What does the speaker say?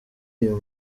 uyu